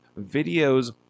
videos